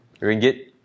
ringgit